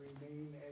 remain